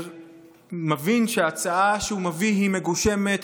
מבין שההצעה שהוא מביא היא מגושמת,